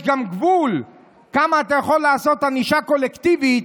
יש גם גבול כמה אתה יכול לעשות ענישה קולקטיבית.